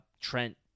Trent